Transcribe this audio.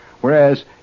Whereas